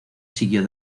siguió